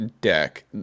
deck